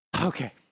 Okay